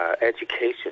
education